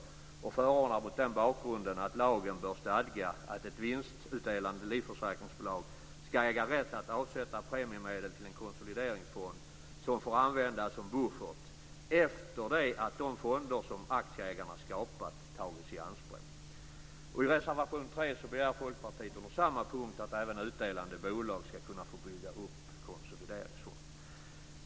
Mot den bakgrunden förordar man att lagen bör stadga att ett vinstutdelande livförsäkringsbolag skall äga rätt att avsätta premiemedel till en konsolideringsfond som får användas som buffert efter det att de fonder som aktieägarna skapat tagits i anspråk. I reservation 3 begär Folkpartiet under samma punkt att även utdelande bolag skall kunna få bygga upp konsolideringsfonder.